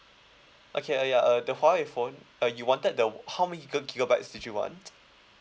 okay uh yeah the huawei phone uh you wanted the how many giga~ gigabytes did you want